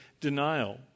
denial